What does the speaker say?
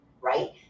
right